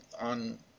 on